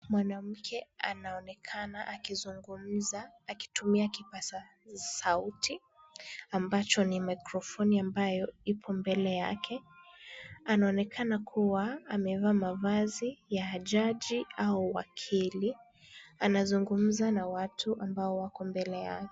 Mwanamke anaonekana akizungumza akitumia kipaza sauti ambacho ni mikrofoni ambayo ipo mbele yake. Anaonekana kuwa amevaa mavazi ya jaji au wakili. Anazungumza na watu ambao wako mbele yake.